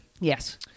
Yes